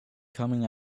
coming